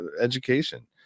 education